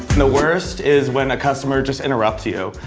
the worst is when a customer just interrupts you.